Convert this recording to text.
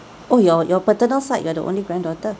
oh your your paternal side you're the only granddaughter